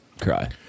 cry